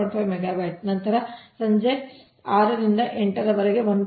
5 megawatt ನಂತರ ಸಂಜೆ 6 ರಿಂದ 8 ರವರೆಗೆ 1